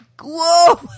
whoa